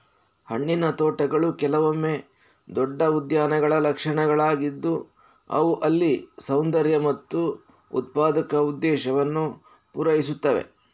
ಹಣ್ಣಿನ ತೋಟಗಳು ಕೆಲವೊಮ್ಮೆ ದೊಡ್ಡ ಉದ್ಯಾನಗಳ ಲಕ್ಷಣಗಳಾಗಿದ್ದು ಅವು ಅಲ್ಲಿ ಸೌಂದರ್ಯ ಮತ್ತು ಉತ್ಪಾದಕ ಉದ್ದೇಶವನ್ನು ಪೂರೈಸುತ್ತವೆ